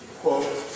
quote